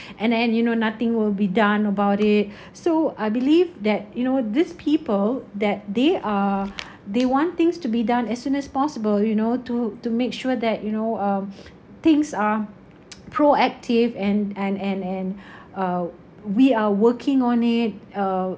and and you know nothing will be done about it so I believe that you know these people that they are they want things to be done as soon as possible you know to to make sure that you know um things are proactive and and and and uh we are working on it uh